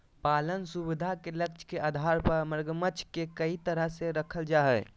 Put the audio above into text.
पालन सुविधा के लक्ष्य के आधार पर मगरमच्छ के कई तरह से रखल जा हइ